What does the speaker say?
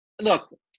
look